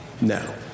No